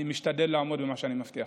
אני משתדל לעמוד במה שאני מבטיח.